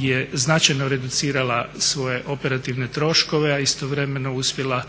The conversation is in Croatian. je značajno reducirala svoje operativne troškove, a istovremeno uspjela